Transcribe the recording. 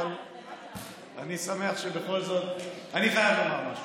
אבל אני שמח שבכל זאת, אני חייב לומר משהו,